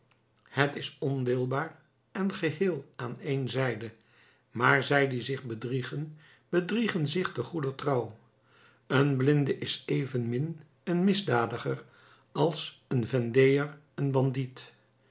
het is ondeelbaar en geheel aan één zijde maar zij die zich bedriegen bedriegen zich te goeder trouw een blinde is evenmin een misdadiger als een vendeër een bandiet